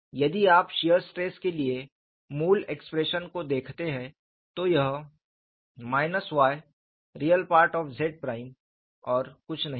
यदि आप shear stress के लिए मूल एक्सप्रेशन को देखते हैं तो यह yRe Z और कुछ नहीं है